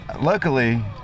luckily